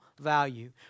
value